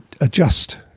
adjust